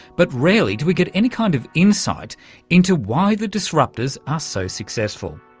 but rarely do we get any kind of insight into why the disruptors are so successful.